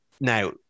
Now